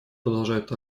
продолжает